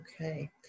okay